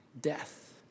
death